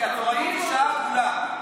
כי התורנות היא שעה עגולה.